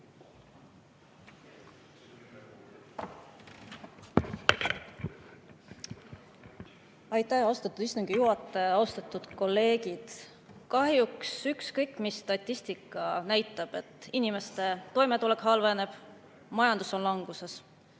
Aitäh, austatud istungi juhataja! Austatud kolleegid! Kahjuks ükskõik mis statistika näitab, et inimeste toimetulek halveneb ja majandus on languses.